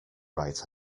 right